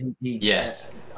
Yes